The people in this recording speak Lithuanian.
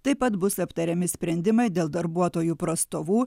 taip pat bus aptariami sprendimai dėl darbuotojų prastovų